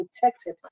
protected